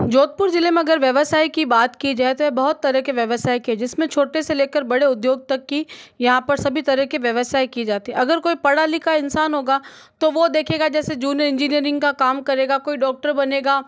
जोधपुर ज़िले में अगर व्यवसाय की बात की जाए तो बहुत तरह के व्यवसाय के जिसमें छोटे से लेकर बड़े उद्योग तक की यहाँ पर सभी तरह के व्यवसाय की जाती अगर कोई पढ़ा लिखा इंसान होगा तो वह देखेगा जैसे जून इंजीनियरिंग का काम करेगा कोई डॉक्टर बनेगा